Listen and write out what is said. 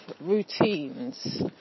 routines